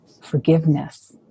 forgiveness